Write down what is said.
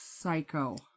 Psycho